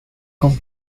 con